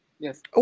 Yes